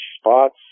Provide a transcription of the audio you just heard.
spots